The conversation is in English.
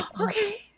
Okay